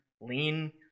lean